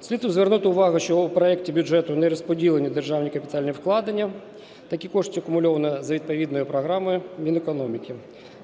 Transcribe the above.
Слід звернути увагу, що в проекті бюджету не розподілені державні капітальні вкладення, такі кошти акумульовано за відповідною програмою Мінекономіки,